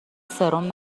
سرم